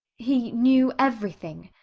he knew everything.